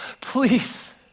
Please